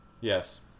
yes